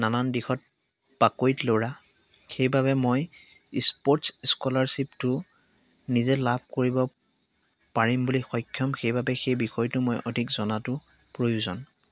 নানান দিশত পাকৈত ল'ৰা সেইবাবে মই ইস্পৰ্টছ স্ক'লাৰশ্বিপটো নিজে লাভ কৰিব পাৰিম বুলি সক্ষম সেইবাবে সেই বিষয়টো মই অধিক জনাটো প্ৰয়োজন